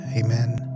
Amen